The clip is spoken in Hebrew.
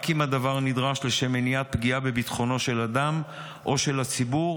רק אם הדבר נדרש לשם מניעת פגיעה בביטחונו של אדם או של הציבור,